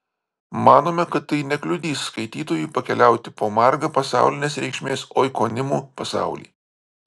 manome kad tai nekliudys skaitytojui pakeliauti po margą pasaulinės reikšmės oikonimų pasaulį